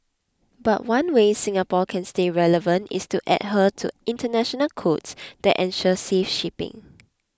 but one way Singapore can stay relevant is to adhere to international codes that ensure safe shipping